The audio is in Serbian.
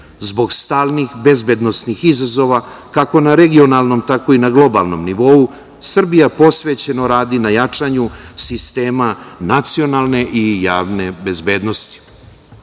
Zbog stalnih bezbednosnih izazova, kako na regionalnom, tako i na globalnom nivou Srbija posvećeno radi na jačanju sistema nacionalne i javne bezbednosti.